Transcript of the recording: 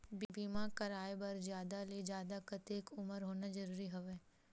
बीमा कराय बर जादा ले जादा कतेक उमर होना जरूरी हवय?